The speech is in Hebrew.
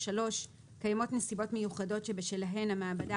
(3)קיימות נסיבות מיוחדות שבשלהן המעבדה